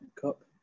cup